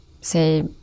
say